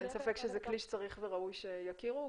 --- אין ספק שזה כלי שצריך וראוי שיכירו,